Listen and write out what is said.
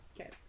Okay